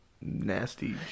Nasty